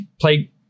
play